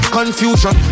Confusion